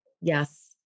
Yes